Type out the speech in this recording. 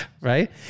right